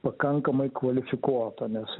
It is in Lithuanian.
pakankamai kvalifikuota nes